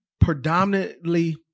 predominantly